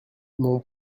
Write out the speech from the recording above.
mon